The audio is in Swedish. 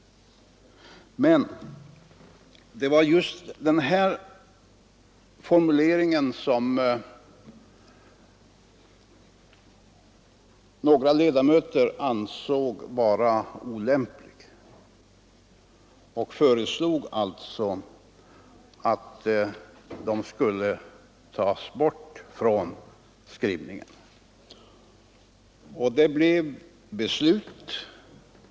— Men det var just den fotmileringen som några ledamöter ansåg vara olämplig, och de föreslog därför att den skulle tas bort från skrivningen. Det blev beslutet.